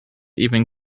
even